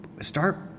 start